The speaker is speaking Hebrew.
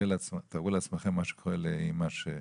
תארו לעצמכם מה שקורה לאימא של ילד.